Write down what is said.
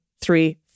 three